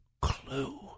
clue